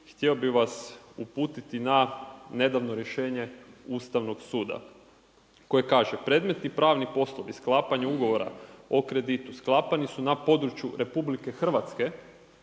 htio bi vas uputiti na nedavno rješenje Ustavnog suda koje kaže „Predmetni pravni poslovi sklapanju ugovora o kreditu, sklapani su na području Republike Hrvatske,